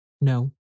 No